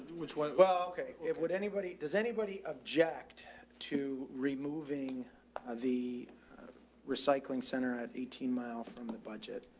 which was well, okay. it would anybody, does anybody object to removing the recycling center at eighteen mile from the budget?